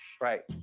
Right